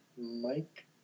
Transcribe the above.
Mike